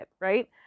Right